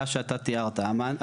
זה המשמעות של הדבר.